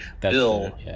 bill